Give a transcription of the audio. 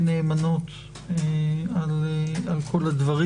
עומר, ברכות נאמנות על כל הדברים.